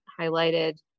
highlighted